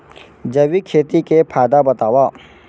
जैविक खेती के फायदा बतावा?